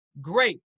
great